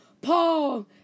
Paul